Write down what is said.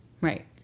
Right